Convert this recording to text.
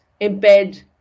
embed